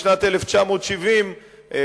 בשנת 1970 גולדה,